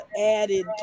added